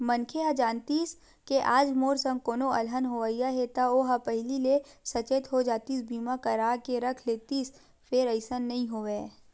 मनखे ह जानतिस के आज मोर संग कोनो अलहन होवइया हे ता ओहा पहिली ले सचेत हो जातिस बीमा करा के रख लेतिस फेर अइसन नइ होवय